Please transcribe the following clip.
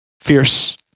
fierce